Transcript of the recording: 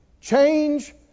Change